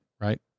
right